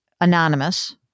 Anonymous